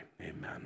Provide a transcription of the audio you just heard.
Amen